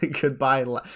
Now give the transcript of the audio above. goodbye